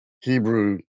hebrew